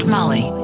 Molly